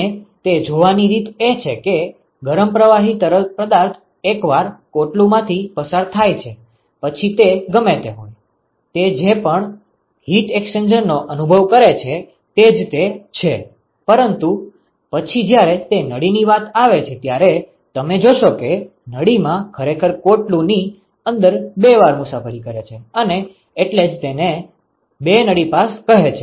અને તે જોવાની રીત એ છે કે ગરમ પ્રવાહી તરલ પદાર્થ એકવાર કોટલું માંથી પસાર થાય છે પછી તે ગમે તે હોય તે જે પણ હિટ એક્સચેન્જરર્સનો અનુભવ કરે છે તે જ તે છે પરંતુ પછી જ્યારે તે નળીની વાત આવે છે ત્યારે તમે જોશો કે નળીમાં ખરેખર કોટલું ની અંદર બે વાર મુસાફરી કરે છે અને એટલે જ તેને બે નળી પાસ કહે છે